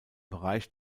bereich